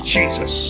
Jesus